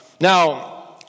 Now